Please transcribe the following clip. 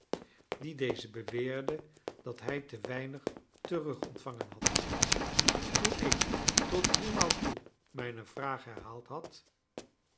dien deze beweerde dat hij te weinig terugontvangen had toen ik tot driemaal toe mijne vraag herhaald had